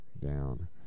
down